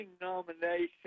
nomination